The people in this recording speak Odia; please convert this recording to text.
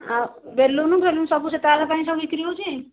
ଆଉ ବେଲୁନ ଫେଲୁନ ସବୁ ପାଇଁ ସବୁ ବିକ୍ରି ହେଉଛି